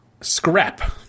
Scrap